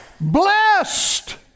Blessed